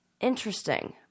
interesting